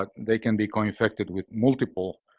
they can be co-infected with multiple